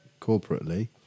corporately